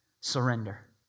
Surrender